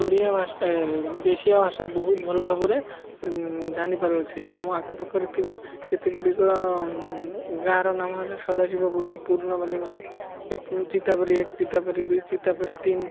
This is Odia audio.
ଓଡ଼ିଆ ଦେଶୀୟା ଭାଷା ବହୁତ ଭଲ ଭାବରେ ଜାଣିପାରୁଅଛି ଆମ ଆଖ ପାଖରେ ଥିବା କେତେ ଗୁଡ଼ିକ ଗାଁର ନାମ ହେଲା ସଦାଶିବ ପୁରୁ ପୁରୁଣା ବାଲି ମେଳା ଏକ ଚିତା ପରି ଏକ ଚିତା ପରି ଦୁଇ ଚିତା ପରି ତିନି